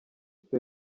cyo